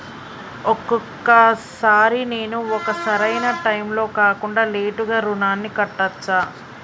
ఒక్కొక సారి నేను ఒక సరైనా టైంలో కాకుండా లేటుగా రుణాన్ని కట్టచ్చా?